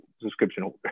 subscription